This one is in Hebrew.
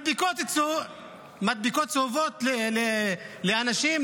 מדבקות צהובות לאנשים,